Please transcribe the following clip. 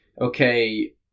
Okay